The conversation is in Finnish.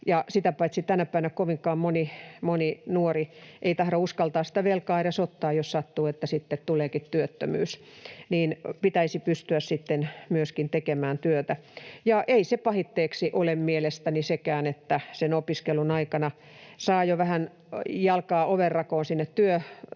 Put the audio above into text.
Sitä paitsi tänä päivänä kovinkaan moni nuori ei tahdo uskaltaa sitä velkaa edes ottaa, jos sattuu, että tuleekin työttömyys, eli pitäisi pystyä sitten myöskin tekemään työtä. Ja ei pahitteeksi ole mielestäni sekään, että sen opiskelun aikana saa jo vähän jalkaa ovenrakoon sinne työpaikkoihin,